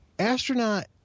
Astronaut